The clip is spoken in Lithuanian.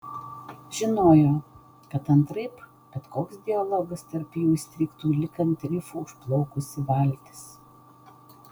žinojo kad antraip bet koks dialogas tarp jų įstrigtų lyg ant rifų užplaukusi valtis